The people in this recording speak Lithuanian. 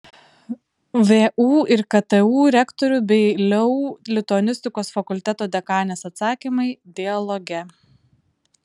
vu ir ktu rektorių bei leu lituanistikos fakulteto dekanės atsakymai dialoge